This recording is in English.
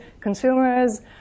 Consumers